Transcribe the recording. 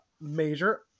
major